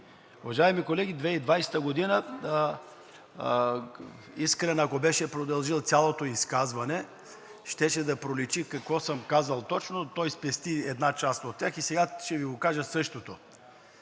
Уважаеми колеги, 2020 г., ако Искрен Митев беше продължил цялото изказване, щеше да проличи какво съм казал точно, но той спести една част и сега ще Ви го кажа същото.